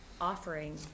offering